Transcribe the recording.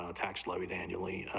ah tax limit annually,